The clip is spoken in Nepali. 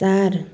चार